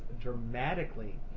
dramatically